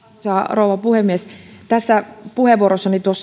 rouva puhemies tuossa puheenvuorossani